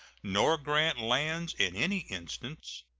nor grant lands in any instance,